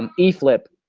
um eflip,